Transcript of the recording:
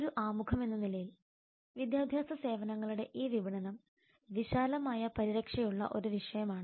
ഒരു ആമുഖമെന്ന നിലയിൽ വിദ്യാഭ്യാസ സേവനങ്ങളുടെ ഈ വിപണനം വിശാലമായ പരിരക്ഷയുള്ള ഒരു വിഷയമാണ്